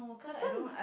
last time